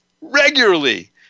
regularly